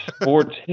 sports